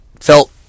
felt